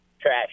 trash